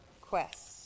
quest